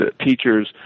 teachers